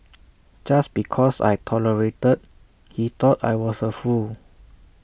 just because I tolerated he thought I was A fool